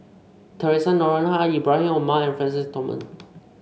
Theresa Noronha Ibrahim Omar and Francis Thomas